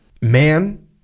Man